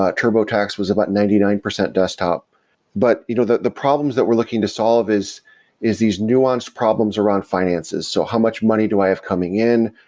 ah turbotax was about ninety nine percent desktop but you know the the problems that we're looking to solve is is these nuance problems around finances, so how much money do i have coming in?